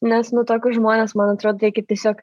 nes nu tuokius žmones man atrodo reikia tiesiog